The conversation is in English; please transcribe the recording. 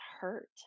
hurt